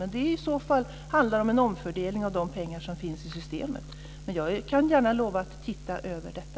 Men det handlar i så fall om en omfördelning av de pengar som finns i systemet. Jag kan gärna lova att se över detta.